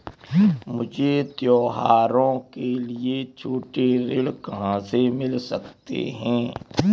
मुझे त्योहारों के लिए छोटे ऋण कहाँ से मिल सकते हैं?